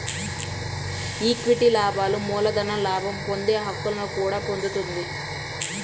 equity లాభాలు మూలధన లాభం పొందే హక్కును కూడా పొందుతుంది